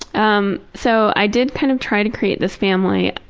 um so i did kind of try to create this family.